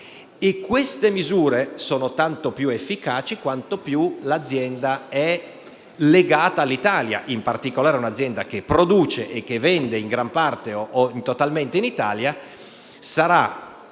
E queste misure sono tanto più efficaci quanto più l'azienda è legata all'Italia. Infatti, un'azienda che produce e vende in gran parte o totalmente in Italia sarà